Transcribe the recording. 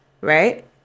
right